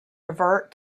revert